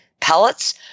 pellets